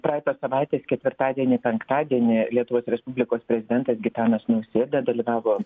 praeitos savaitės ketvirtadienį penktadienį lietuvos respublikos prezidentas gitanas nausėda dalyvavo